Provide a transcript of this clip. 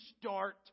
start